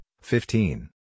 fifteen